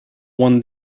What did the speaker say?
won